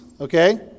Okay